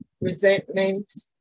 resentment